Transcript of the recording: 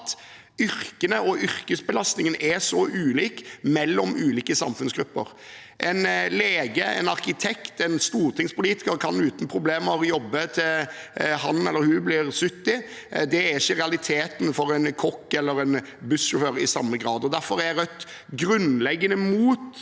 yrkene og yrkesbelastningen er så ulik mellom ulike samfunnsgrupper. En lege, en arkitekt og en stortingspolitiker kan uten problemer jobbe til han eller hun blir 70. Det er ikke i samme grad realiteten for en kokk eller en bussjåfør. Derfor er Rødt grunnleggende imot